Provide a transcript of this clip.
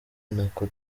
ntako